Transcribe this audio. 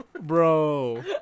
Bro